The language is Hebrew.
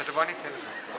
כהצעת הוועדה, נתקבלו.